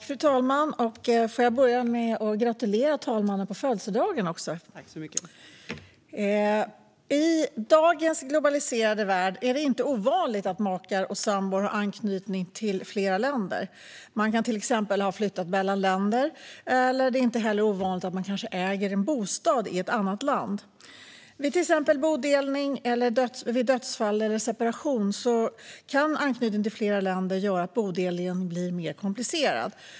Fru talman! Jag vill börja med att gratulera talmannen på födelsedagen. Fru talman! I dagens globaliserade värld är det inte ovanligt att makar eller sambor har anknytning till flera länder. Man kan till exempel ha flyttat mellan länder. Det är inte heller ovanligt att man äger en bostad i ett annat land. Vid till exempel bodelning, dödsfall eller separation kan anknytning till flera länder göra bodelningen mer komplicerad.